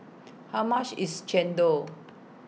How much IS Chendol